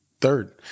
third